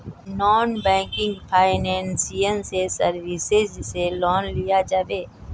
Non banking financial services से loan लिया जाबे?